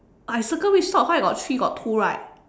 I circle which sock cause I got three you got two right